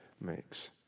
makes